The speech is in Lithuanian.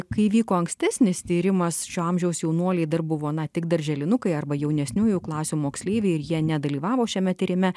kai vyko ankstesnis tyrimas šio amžiaus jaunuoliai dar buvo na tik darželinukai arba jaunesniųjų klasių moksleiviai ir jie nedalyvavo šiame tyrime